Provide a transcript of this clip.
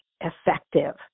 effective